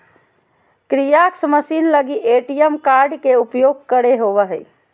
kiosk machine लगी ATM card के उपयोग करे होबो हइ